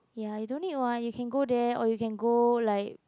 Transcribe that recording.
ya you don't need [what] you can go there or you can go like